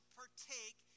partake